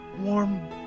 warm